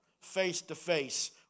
face-to-face